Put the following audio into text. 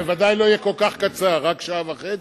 זה בוודאי לא יהיה כל כך קצר, רק שעה וחצי?